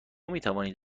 میتوانید